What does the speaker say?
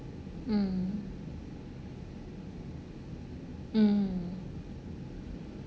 mm mm